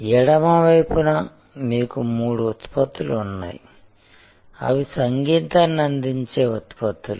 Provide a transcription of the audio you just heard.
ఎడమ వైపున మీకు మూడు ఉత్పత్తులు ఉన్నాయి అవి సంగీతాన్ని అందించే ఉత్పత్తులు